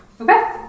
Okay